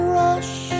rush